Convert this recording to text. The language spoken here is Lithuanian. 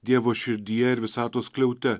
dievo širdyje ir visatos skliaute